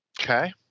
Okay